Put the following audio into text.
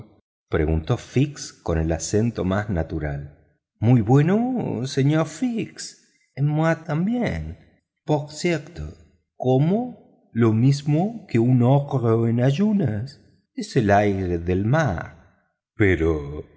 preguntó fix con el acento más natural del mundo muy bien señor fix y yo también por cierto como lo mismo que un ogro en ayunas es el aire del mar pero